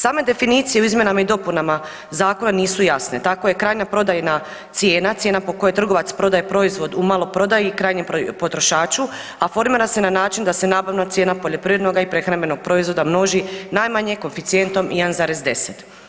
Same definicije u izmjenama i dopunama Zakona nisu javne, tako je krajnja prodajna cijena, cijena po kojoj trgovac prodaje proizvod u maloprodaji krajnjem potrošaču, a formira se na način da se nabavna cijena poljoprivrednoga i prehrambenog proizvoda množi najmanje koeficijentom 1,10.